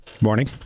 morning